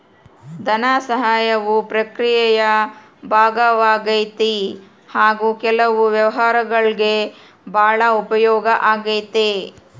ಧನಸಹಾಯವು ಪ್ರಕ್ರಿಯೆಯ ಭಾಗವಾಗೈತಿ ಹಾಗು ಕೆಲವು ವ್ಯವಹಾರಗುಳ್ಗೆ ಭಾಳ ಉಪಯೋಗ ಆಗೈತೆ